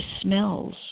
smells